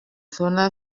zona